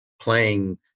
playing